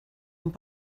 amb